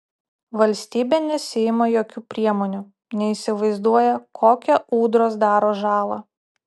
valstybė nesiima jokių priemonių neįsivaizduoja kokią ūdros daro žalą